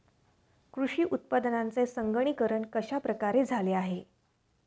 कृषी उत्पादनांचे संगणकीकरण कश्या प्रकारे झाले आहे?